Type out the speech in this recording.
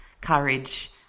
courage